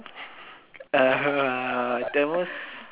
uh